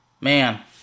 Man